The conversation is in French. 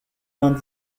vingt